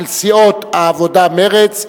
של סיעות העבודה מרצ,